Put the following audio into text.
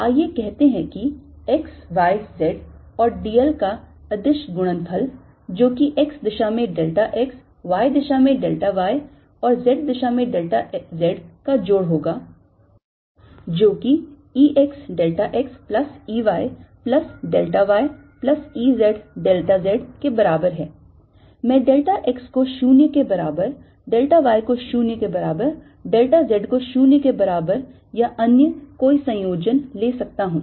आइए कहते हैं कि x y z और d l का अदिश गुणनफल जो कि x दिशा में delta x y दिशा में delta y और z दिशा में delta z का जोड़ होगा जो कि E x delta x plus E y plus delta y plus E z delta z के बराबर है मैं delta x को 0 के बराबर delta y को 0 के बराबर delta z को 0 के बराबर या अन्य कोई संयोजन ले सकता हूं